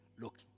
Look